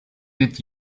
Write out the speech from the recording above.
did